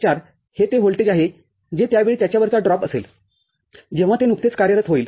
४ हे ते व्होल्टेज आहे जे त्यावेळी याच्यावरचा ड्रॉप असेलजेव्हा ते नुकतेच कार्यरत होईल